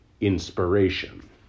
inspiration